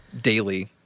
daily